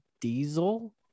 Diesel